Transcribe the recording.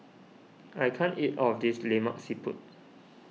I can't eat all of this Lemak Siput